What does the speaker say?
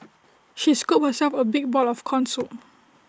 she scooped herself A big bowl of Corn Soup